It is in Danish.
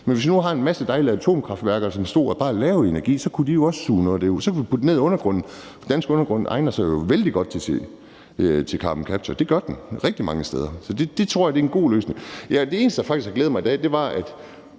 Men hvis vi nu havde en masse dejlige atomkraftværker, som bare stod og lavede energi, kunne de også suge noget af det ud. Så kunne vi putte det ned i undergrunden, for den danske undergrund egner sig vældig godt til carbon capture. Det gør den rigtig mange steder. Så det tror jeg er en god løsning. Det eneste, der faktisk har glædet mig i dag, er, at